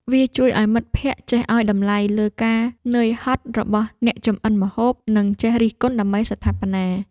វាជួយឱ្យមិត្តភក្តិចេះឱ្យតម្លៃលើការនឿយហត់របស់អ្នកចម្អិនម្ហូប និងចេះរិះគន់ដើម្បីស្ថាបនា។